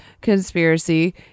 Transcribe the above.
conspiracy